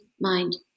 mind